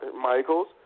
Michaels